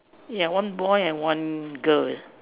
ya one boy and one girl